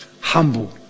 humble